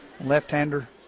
left-hander